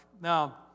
now